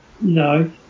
No